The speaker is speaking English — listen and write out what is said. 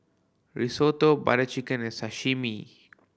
Risotto Butter Chicken and Sashimi